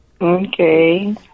Okay